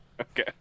Okay